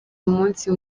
umunsi